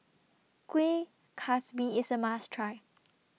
Kuih Kasbi IS A must Try